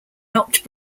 helped